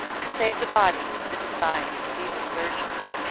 to save the body from the designs of evil surgeons.